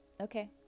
okay